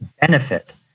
benefit